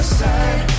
side